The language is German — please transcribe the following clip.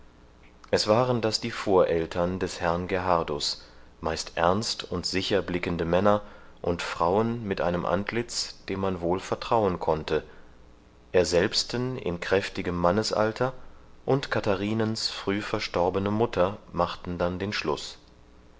es waren das die voreltern des herrn gerhardus meist ernst und sicher blickende männer und frauen mit einem antlitz dem man wohl vertrauen konnte er selbsten in kräftigem mannesalter und katharinens früh verstorbene mutter machten dann den schluß